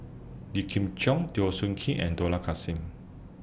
Yip Kim Cheong Teo Soon Kim and Dollah Kassim